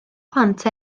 plant